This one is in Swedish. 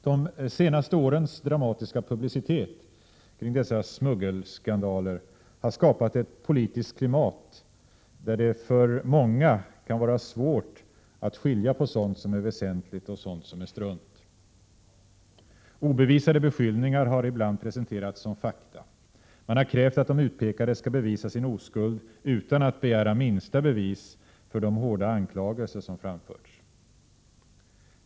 De senaste årens dramatiska publicitet kring dessa smuggelskandaler har skapat ett politiskt klimat, där det för många kan vara svårt att skilja mellan sådant som är väsentligt och sådant som är strunt. Obevisade beskyllningar har ibland presenterats som fakta. Man har krävt att de utpekade skall bevisa sin oskuld, utan att begära minsta bevis för de hårda anklagelser som framförts.